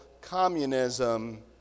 communism